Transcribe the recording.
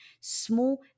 small